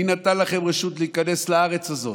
מי נתן לכם רשות להיכנס לארץ הזאת?